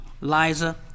Liza